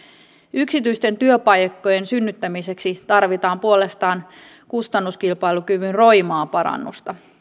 yksityisten työpaikkojen synnyttämiseksi tarvitaan puolestaan kustannuskilpailukyvyn roimaa parannusta